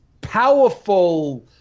powerful